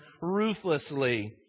ruthlessly